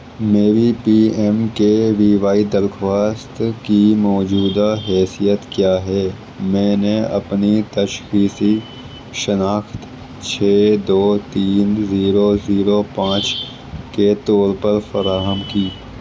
میری P M K V Y درخواست کی موجودہ حیثیت کیا ہے میں نے اپنی تشخیصی شناخت چھ دو تین زیرو زیرو پانچ کے طور پر فراہم کی